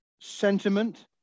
sentiment